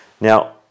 Now